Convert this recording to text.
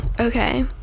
Okay